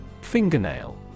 Fingernail